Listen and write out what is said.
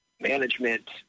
management